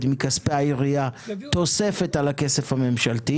מכספי העירייה תוספת על הכסף הממשלתי?